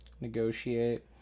Negotiate